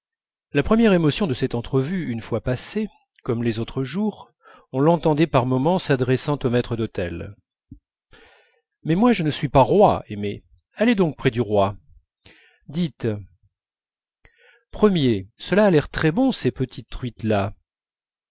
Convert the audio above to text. la première émotion de cette entrevue une fois passée comme les autres jours on l'entendait par moments s'adressant au maître d'hôtel mais moi je ne suis pas roi aimé allez donc près du roi dites premier cela a l'air très bon ces petites truites là